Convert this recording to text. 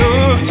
Look